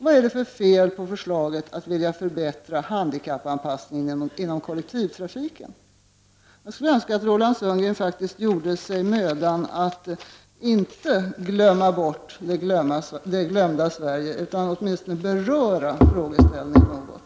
Vad är det för fel på förslaget att förbättra handikappanpassningen inom kollektivtrafiken? Jag skulle önska att Roland Sundgren gjorde sig mödan att inte glömma bort det glömda Sverige och att han åtminstone berör frågeställningen något.